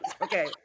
Okay